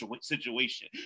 situation